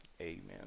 Amen